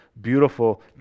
beautiful